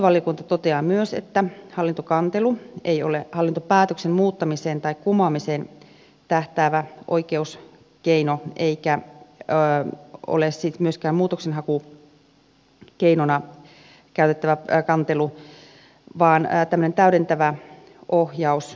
hallintovaliokunta toteaa myös että hallintokantelu ei ole hallintopäätöksen muuttamiseen tai kumoamiseen tähtäävä oikeuskeino eikä ole sitten myöskään muutoksenhakukeinona käytettävä kantelu vaan tämmöinen täydentävä ohjauskeino